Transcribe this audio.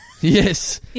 Yes